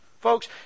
Folks